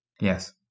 Yes